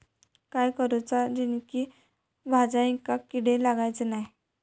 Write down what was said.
काय करूचा जेणेकी भाजायेंका किडे लागाचे नाय?